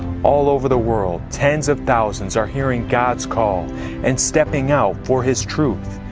all over the world tens of thousands are hearing god's call and stepping out for his truth.